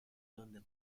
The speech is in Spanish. donde